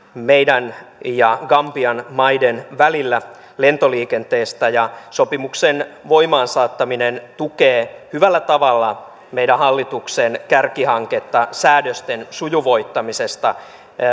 meidän ja gambian maiden välillä lentoliikenteestä ja sopimuksen voimaansaattaminen tukee hyvällä tavalla meidän hallituksemme kärkihanketta säädösten sujuvoittamisesta